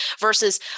versus